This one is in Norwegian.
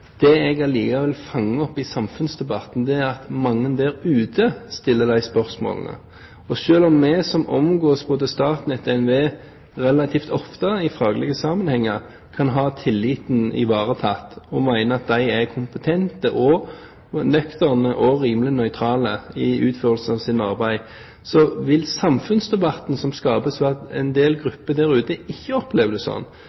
Det jeg likevel fanger opp i samfunnsdebatten, er at mange der ute stiller de spørsmålene. Selv om vi som omgås både Statnett og NVE relativt ofte i faglige sammenhenger, kan ha tilliten ivaretatt og mene at de er kompetente, nøkterne og rimelig nøytrale i utførelsen av sitt arbeid, vil samfunnsdebatten som skapes ved at en del